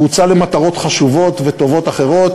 הוא הוצא למטרות חשובות וטובות אחרות,